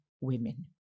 women